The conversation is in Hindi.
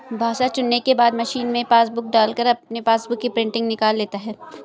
भाषा चुनने के बाद मशीन में पासबुक डालकर अपने पासबुक की प्रिंटिंग निकाल लेता है